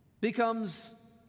becomes